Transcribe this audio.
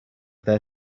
their